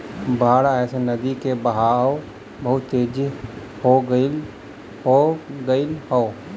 बाढ़ आये से नदी के बहाव बहुते तेज हो गयल हौ